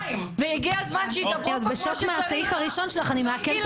הגיע הזמן שידברו פה כמו שצריך.